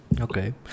Okay